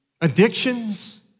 addictions